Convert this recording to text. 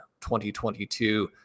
2022